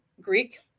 Greek